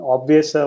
Obvious